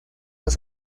los